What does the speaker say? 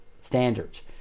standards